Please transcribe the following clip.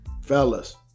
fellas